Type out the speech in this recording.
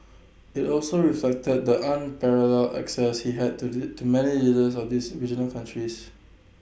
IT also reflected the unparalleled access he had to do to many leaders of these regional countries